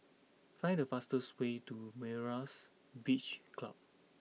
find the fastest way to Myra's Beach Club